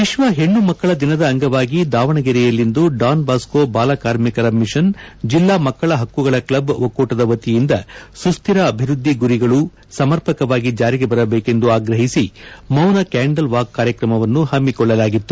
ವಿಶ್ವ ಹೆಣ್ಣು ಮಕ್ಕಳ ದಿನದ ಅಂಗವಾಗಿ ದಾವಣಗೆರೆಯಲ್ಲಿಂದು ಡಾನ್ಬಾಸ್ಕೋ ಬಾಲಕಾರ್ಮಿಕರ ಮಿಷನ್ ಜಿಲ್ಲಾ ಮಕ್ಕಳ ಹಕ್ಕುಗಳ ಕ್ಲಬ್ ಒಕ್ಕೂಟದ ವತಿಯಿಂದ ಸುಶ್ಹಿರ ಅಭಿವೃದ್ದಿ ಗುರಿಗಳು ಸಮರ್ಪಕವಾಗಿ ಜಾರಿಗೆ ಬರಬೇಕೆಂದು ಆಗ್ರಹಿಸಿ ಮೌನ ಕ್ವಾಂಡಲ್ ವಾಕ್ ಕಾರ್ಯಕ್ರಮವನ್ನು ಹಮ್ಮಿಕೊಳ್ಳಲಾಗಿತ್ತು